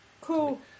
Cool